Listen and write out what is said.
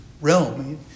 realm